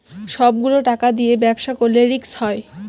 সব গুলো টাকা দিয়ে ব্যবসা করলে রিস্ক হয়